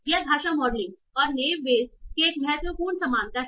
यह भाषा मॉडलिंग और नेव बेयस की एक महत्वपूर्ण समानता है